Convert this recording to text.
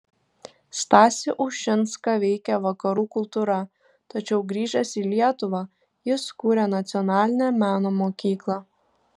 stasį ušinską veikė vakarų kultūra tačiau grįžęs į lietuvą jis kūrė nacionalinę meno mokyklą